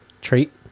trait